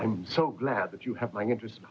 i'm so glad that you have my interest